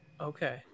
okay